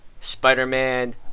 Spider-Man